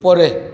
উপরে